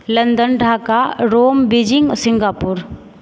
London Dhaka Rome Beijing Singapore